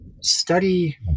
study